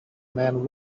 man